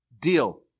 deal